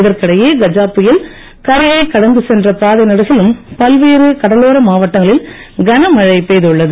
இதற்கிடையே கஜா புயல் கரையைக் கடந்துசென்ற பாதை நெடுகிலும் பல்வேறு கடலோர மாவட்டங்களில் கன மழை பெய்துள்ளது